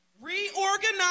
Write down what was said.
Reorganize